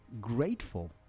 grateful